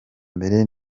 mbere